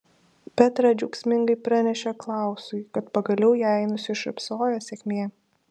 petra džiaugsmingai pranešė klausui kad pagaliau jai nusišypsojo sėkmė